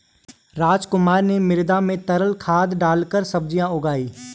रामकुमार ने मृदा में तरल खाद डालकर सब्जियां उगाई